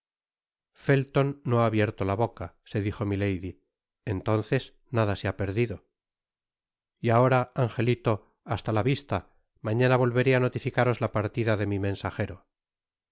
felton no ha abierto la boca se dijo milady entonces nada se ha perdido y ahora angelito hasta la visla mañana volveré á notificaros la partida de mi mensajero